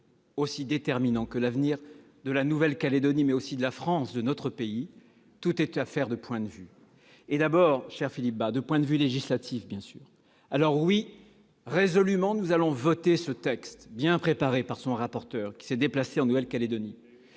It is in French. aussi déterminant que l'avenir de la Nouvelle-Calédonie, mais aussi de la France, tout est affaire de point de vue ; et d'abord, cher Philippe Bas, de point de vue législatif. Oui, résolument, nous allons voter ce texte, bien préparé par son rapporteur, qui s'est déplacé en Nouvelle-Calédonie.